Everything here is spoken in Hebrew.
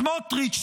סמוטריץ',